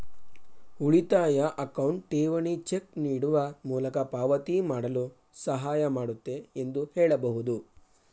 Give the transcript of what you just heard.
ಉಳಿತಾಯ ಅಕೌಂಟ್ ಠೇವಣಿ ಚೆಕ್ ನೀಡುವ ಮೂಲಕ ಪಾವತಿ ಮಾಡಲು ಸಹಾಯ ಮಾಡುತ್ತೆ ಎಂದು ಹೇಳಬಹುದು